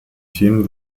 themen